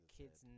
kids